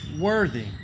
worthy